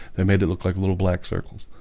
they made it look like little black circles.